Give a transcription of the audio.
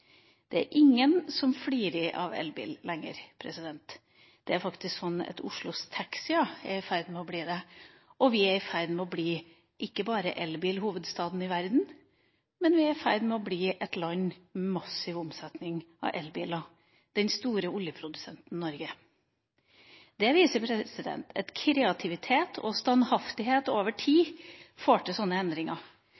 Det er ingen som lenger flirer av elbil. Det er faktisk sånn at Oslos taxier er i ferd med å få det. Vi er ikke bare i ferd med å bli elbilhovedstaden i verden, men vi er i ferd med å bli et land med massiv omsetning av elbiler – den store oljeprodusenten Norge. Det viser at kreativitet og standhaftighet over tid